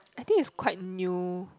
I think is quite new